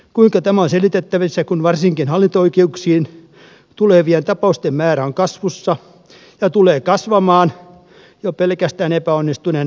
kuinka tämä on selitettävissä kun varsinkin hallinto oikeuksiin tulevien tapausten määrä on kasvussa tai tulee kasvamaan jo pelkästään epäonnistuneen maahanmuuttopolitiikan vuoksi